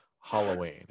Halloween